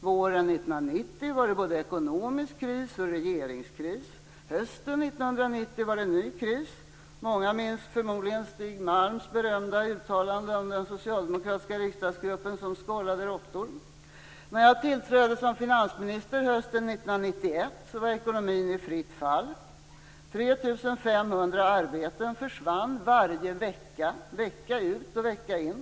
Våren 1990 var det både ekonomisk kris och regeringskris. Hösten 1990 var det ny kris. Många minns förmodligen Stig Malms berömda uttalande om den socialdemokratiska riksdagsgruppen som "skållade råttor". När jag tillträdde som finansminister hösten 1991 var ekonomin i fritt fall. 3 500 arbeten försvann varje vecka, vecka ut och vecka in.